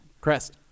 crest